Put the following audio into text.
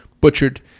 butchered